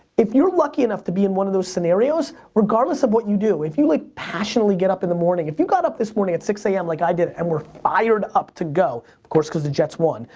if you're lucky enough to be in one of those scenarios, regardless of what you do, if you like passionately get up in the morning. if you got up this morning at six a m. like i did and were fired up to go, of course cause the jets won,